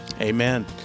Amen